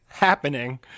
happening